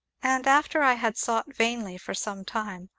and, after i had sought vainly for some time,